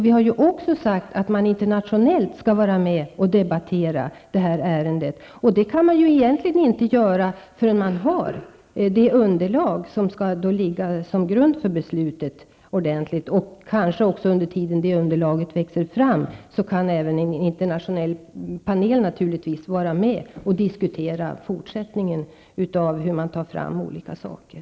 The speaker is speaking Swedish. Vi har ju också sagt att man internationellt skall vara med och debattera ärendet, men det kan man egentligen inte göra förrän man har ett ordentligt underlag för beslutet. Medan det underlaget växer fram kan naturligtvis en internationell panel finnas med och diskutera fortsättningen när det gäller att ta fram olika saker.